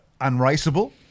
unraceable